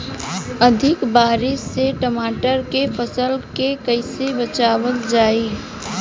अधिक बारिश से टमाटर के फसल के कइसे बचावल जाई?